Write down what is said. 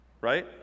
right